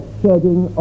shedding